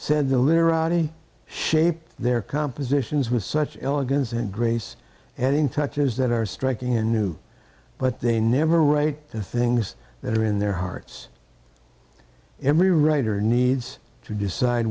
said the literati shape their compositions with such elegance and grace and in touches that are striking and new but they never write the things that are in their hearts every writer needs to decide